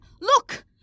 look